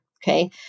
Okay